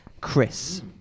Chris